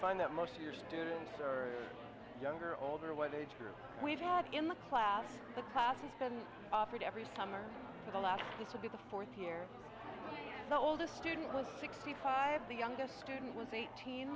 find that most of your students are younger or older what age group we've had in the class the class has been offered every summer for the last two to be the fourth here the oldest student was sixty five the youngest student was eighteen